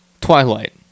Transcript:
Twilight